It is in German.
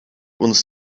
uns